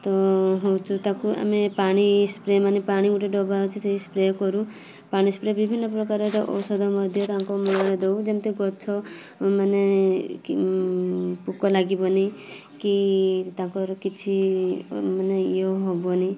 ତ ହେଉଛୁ ତାକୁ ଆମେ ପାଣି ସ୍ପ୍ରେ ମାନେ ପାଣି ଗୋଟେ ଡବା ଅଛି ସେଇ ସ୍ପ୍ରେ କରୁ ପାଣି ସ୍ପ୍ରେ ବିଭିନ୍ନ ପ୍ରକାରର ଔଷଧ ମଧ୍ୟ ତାଙ୍କ ମୂଳରେ ଦେଉ ଯେମିତି ଗଛ ମାନେ ପୋକ ଲାଗିବନି କି ତାଙ୍କର କିଛି ମାନେ ଇଏ ହେବନି